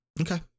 okay